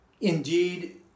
indeed